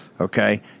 Okay